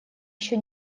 еще